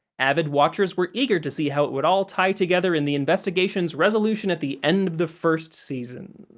avid watchers were eager to see how it would all tie together in the investigation's resolution at the end of the first season.